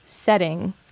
Setting